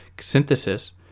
synthesis